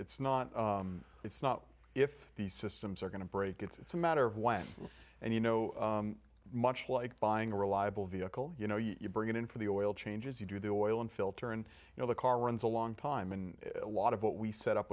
it's not it's not if these systems are going to break it's a matter of when and you know much like buying a reliable vehicle you know you bring it in for the oil changes you do the oil and filter and you know the car runs a long time and a lot of what we set up